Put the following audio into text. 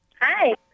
Hi